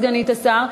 סגנית השר,